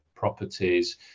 Properties